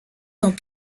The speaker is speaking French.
dans